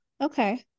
Okay